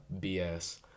BS